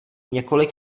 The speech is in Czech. několik